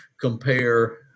compare